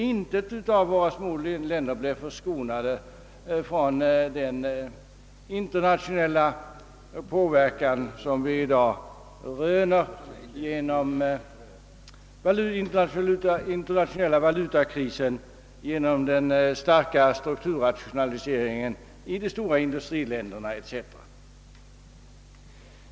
Inget av våra små länder blir förskonat från den påverkan som vi i dag röner genom den internationella valutakrisen, den kraftiga strukturrationaliseringen i de stora industriländerna, etc.